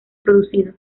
producido